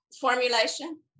formulation